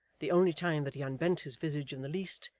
the only time that he unbent his visage in the least,